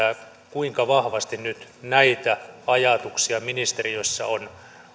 kuinka vahvasti nyt näitä ajatuksia ministeriössä on